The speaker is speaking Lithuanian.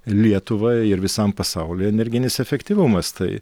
lietuvai ir visam pasauliui energinis efektyvumas tai